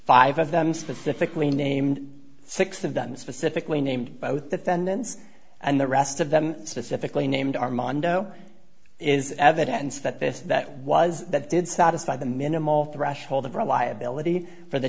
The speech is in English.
five of them specifically named six of them specifically named both defendants and the rest of them specifically named armando is evidence that this that was that did satisfy the minimal threshold of reliability for the